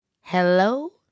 Hello